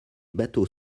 bateaux